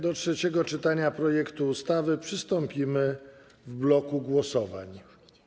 Do trzeciego czytania projektu ustawy przystąpimy w bloku głosowań.